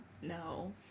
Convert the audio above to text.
no